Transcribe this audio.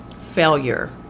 failure